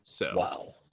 Wow